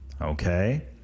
okay